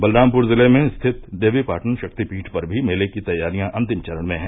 बलरामपुर जिले में स्थित देवीपाटन शक्तिपीठ पर भी मेले की तैयारियां अन्तिम चरण में है